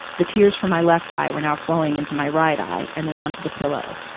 the tears from my left eye were now flowing into my right eye and then onto the pillow.